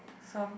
some